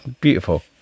beautiful